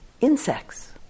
Insects